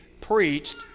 preached